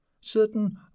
certain